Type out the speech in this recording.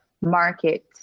market